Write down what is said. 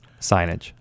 signage